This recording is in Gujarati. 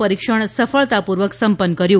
પરિક્ષણ સફળતાપૂર્વક સંપન્ન કર્યું